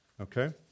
Okay